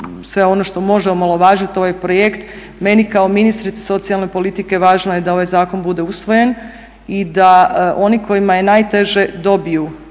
sve ono što može omalovažiti ovaj projekt. Meni kao ministrici socijalne politike važno je da ovaj zakon bude usvojen i da oni kojima je najteže dobiju